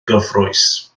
gyfrwys